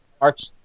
March